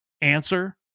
Answer